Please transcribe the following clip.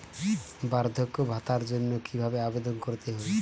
বার্ধক্য ভাতার জন্য কিভাবে আবেদন করতে হয়?